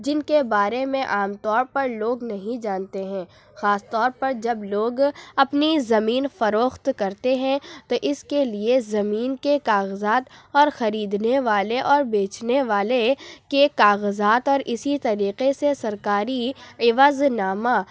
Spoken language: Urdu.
جن کے بارے میں عام طور پر لوگ نہیں جانتے ہیں خاص طور پر جب لوگ اپنی زمین فروخت کرتے ہیں تو اس کے لیے زمین کے کاغذات اور خریدنے والے اور بیچنے والے کے کاغذات اور اسی طریقے سے سرکاری عوض نامہ